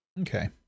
Okay